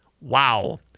Wow